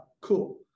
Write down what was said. cool